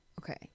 okay